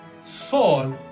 Saul